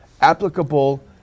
applicable